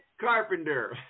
Carpenter